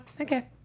Okay